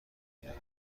میرفت